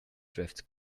drifts